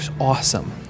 awesome